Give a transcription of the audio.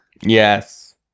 Yes